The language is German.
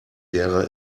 wäre